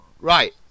right